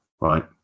right